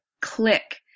click